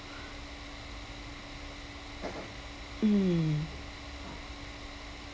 mm